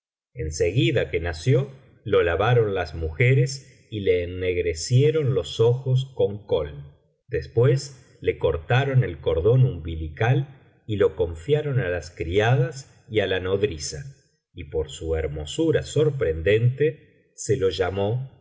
seguida que nació lo lavaron las mujeres y le ennegrecieron los ojos con kohl después le cortaron el cordón umbilical y lo confiaron á las criadas y á la nodriza y por su hermosura sorprendente se le llamó